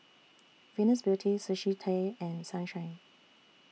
Venus Beauty Sushi Tei and Sunshine